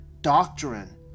Doctrine